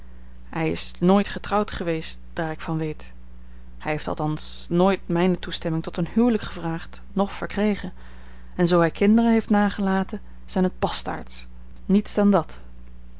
hij is nooit getrouwd geweest daar ik van weet hij heeft althans nooit mijne toestemming tot een huwelijk gevraagd noch verkregen en zoo hij kinderen heeft nagelaten zijn het bastaards niets dan dat